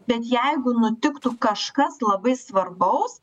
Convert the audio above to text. bet jeigu nutiktų kažkas labai svarbaus